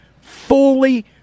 Fully